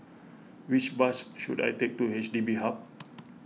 which bus should I take to H D B Hub